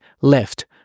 left